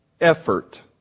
effort